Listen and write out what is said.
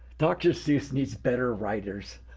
dr. seuss needs better writers.